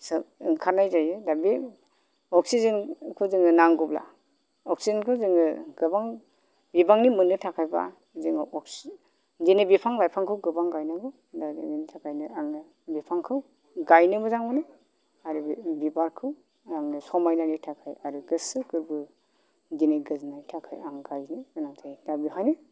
ओंखारनाय जायो दा बे अक्सिजेनखौ जोंनो नांगौब्ला अक्सिजेनखौ जोङो गोबां बिबांनि मोननो थाखायबा जोङो अक्सिजेन दिनै बिफां लाइफांखौ गोबां गायनांगौ दा बेनि थाखायनो आङो बिफांखौ गायनो मोजां मोनो आरो बे बिबारखौ आङो समायनायनि थाखाय आरो गोसो गोर्बो दिनै गोजोननायनि थाखाय आं गायो दा बेवहायनो